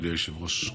אדוני היושב-ראש.